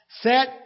Set